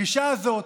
הגישה הזו,